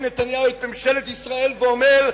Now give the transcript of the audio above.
בנימין נתניהו מכנס את ממשלת ישראל ואומר: